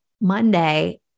Monday